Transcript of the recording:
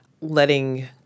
letting